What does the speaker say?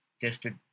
tested